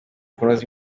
kunoza